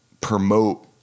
promote